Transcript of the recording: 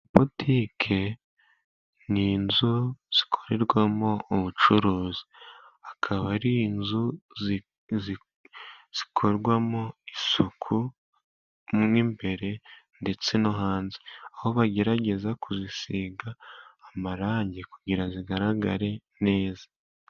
Amabutike ni inzu zikorerwamo ubucuruzi. Akaba ari inzu zikorwamo isuku mo imbere ndetse no hanze. Aho bagerageza kuzisiga amarangi kugira ngo zigaragare neza.